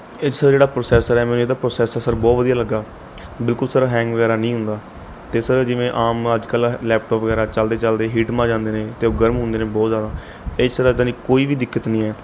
ਇਸ 'ਚ ਸਰ ਜਿਹੜਾ ਪ੍ਰੋਸੈਸਰ ਹੈ ਮੈਨੂੰ ਇਹਦਾ ਪ੍ਰੋਸੈਸਰ ਸਰ ਬਹੁਤ ਵਧੀਆ ਲੱਗਾ ਬਿਲਕੁੱਲ ਸਰ ਹੈਂਗ ਵਗੈਰਾ ਨਹੀਂ ਹੁੰਦਾ ਅਤੇ ਸਰ ਜਿਵੇਂ ਆਮ ਅੱਜ ਕੱਲ੍ਹ ਲੈਪਟੋਪ ਵਗੈਰਾ ਚੱਲਦੇ ਚੱਲਦੇ ਹੀਟ ਮਾਰ ਜਾਂਦੇ ਨੇ ਅਤੇ ਉਹ ਗਰਮ ਹੁੰਦੇ ਨੇ ਬਹੁਤ ਜ਼ਿਆਦਾ ਇਸ 'ਚ ਸਰ ਇੱਦਾਂ ਦੀ ਕੋਈ ਵੀ ਦਿੱਕਤ ਨਹੀਂ ਹੈ